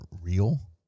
real